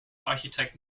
architect